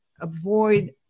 avoid